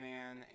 Man